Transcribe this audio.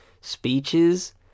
speeches